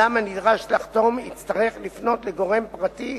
אדם הנדרש לחתום יצטרך לפנות לגורם פרטי